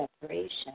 separation